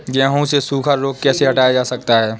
गेहूँ से सूखा रोग कैसे हटाया जा सकता है?